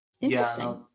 Interesting